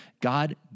God